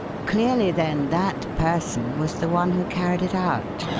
clearly then that person was the one who carried it out.